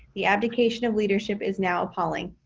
the abdication of leadership is now appalling.